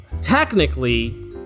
Technically